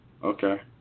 Okay